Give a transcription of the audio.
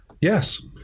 Yes